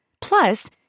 Plus